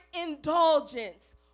indulgence